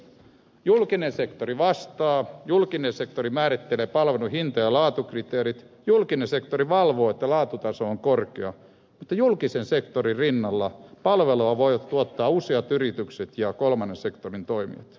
julkinen sektori vastaa julkinen sektori määrittelee palvelun hinta ja laatukriteerit julkinen sektori valvoo että laatutaso on korkea mutta julkisen sektorin rinnalla palvelua voivat tuottaa useat yritykset ja kolmannen sektorin toimijat